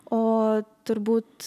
o turbūt